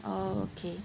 ah oh okay